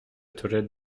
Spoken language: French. toilette